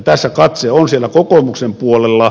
tässä katse on siellä kokoomuksen puolella